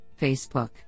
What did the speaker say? Facebook